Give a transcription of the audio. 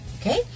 Okay